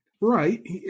right